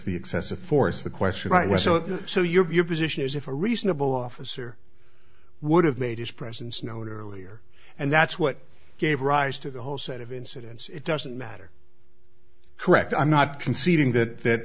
the excessive force the question was so so your position is if a reasonable officer would have made his presence known earlier and that's what gave rise to the whole set of incidents it doesn't matter correct i'm not conceding that th